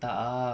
tak ah